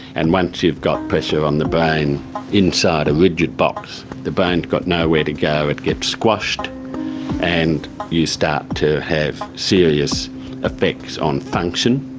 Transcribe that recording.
and once you've got pressure on the brain inside a rigid box, the brain has and got nowhere to go, it gets squashed and you start to have serious effects on function,